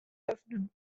öffnen